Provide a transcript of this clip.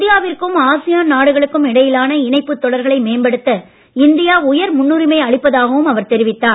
இந்தியாவிற்கும் ஆசியான் நாடுகளுக்கும் இடையிலான இணைப்புத் தொடர்புகளை மேம்படுத்த இந்தியா உயர் முன்னுரிமை அளிப்பதாகவும் அவர் தெரிவித்தார்